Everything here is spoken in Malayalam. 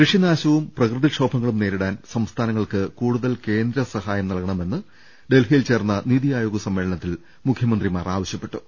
കൃഷിനാശവും പ്രകൃതിക്ഷോഭങ്ങളും നേരിടാൻ സംസ്ഥാ നങ്ങൾക്ക് കൂടുതൽ കേന്ദ്ര സഹായം നൽകണമെന്ന് ഡൽഹിയിൽ ചേർന്ന നിതി ആയോഗ് സമ്മേളനത്തിൽ മുഖ്യ മന്ത്രിമാർ ആവശ്യപ്പെട്ടു